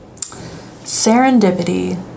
Serendipity